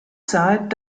zahlt